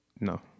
No